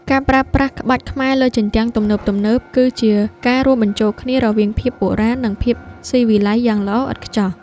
ការប្រើប្រាស់ក្បាច់ខ្មែរលើជញ្ជាំងទំនើបៗ គឺជាការរួមបញ្ចូលគ្នារវាងភាពបុរាណ និងភាពស៊ីវិល័យយ៉ាងល្អឥតខ្ចោះ។